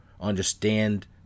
Understand